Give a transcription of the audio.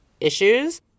issues